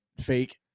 fake